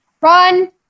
Run